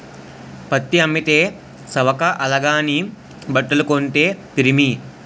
పత్తి అమ్మితే సవక అలాగని బట్టలు కొంతే పిరిమి